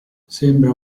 sembra